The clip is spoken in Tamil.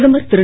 பிரதமர் திரு